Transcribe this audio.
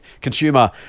consumer